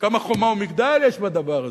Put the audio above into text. כמה "חומה ומגדל" יש בדבר הזה.